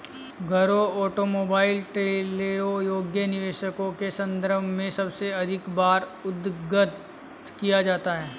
घरों, ऑटोमोबाइल, ट्रेलरों योग्य निवेशों के संदर्भ में सबसे अधिक बार उद्धृत किया जाता है